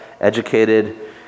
educated